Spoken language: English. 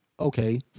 Okay